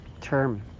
term